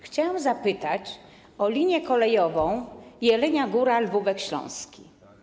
Chciałam zapytać o linię kolejową Jelenia Góra - Lwówek Śląski.